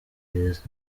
beza